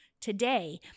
today